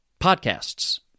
podcasts